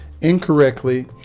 incorrectly